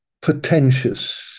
pretentious